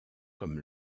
comme